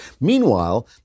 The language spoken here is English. Meanwhile